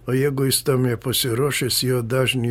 o jeigu jis tam pasiruošęs jo dažnį